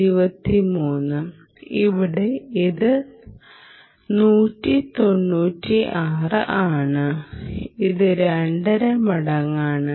623 ഇവിടെ ഇത് 196 ആണ് ഇത് രണ്ടര മടങ്ങാണ്